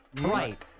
Right